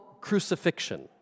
Crucifixion